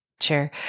Sure